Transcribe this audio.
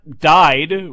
died